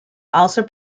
also